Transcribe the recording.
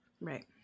Right